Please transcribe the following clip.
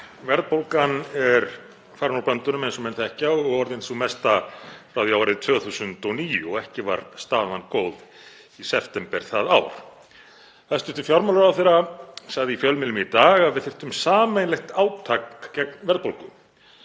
Verðbólgan er farin úr böndunum eins og menn þekkja og orðin sú mesta frá því árið 2009, og ekki var staðan góð í september það ár. Hæstv. fjármálaráðherra sagði í fjölmiðlum í dag að við þyrftum sameiginlegt átak gegn verðbólgu.